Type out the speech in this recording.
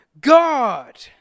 god